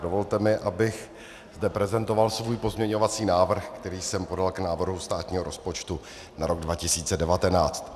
Dovolte mi, abych zde prezentoval svůj pozměňovací návrh, který jsem podal k návrhu státního rozpočtu na rok 2019.